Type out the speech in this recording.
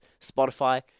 Spotify